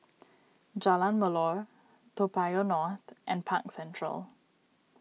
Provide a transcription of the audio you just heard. Jalan Melor Toa Payoh North and Park Central